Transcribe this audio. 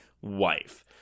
wife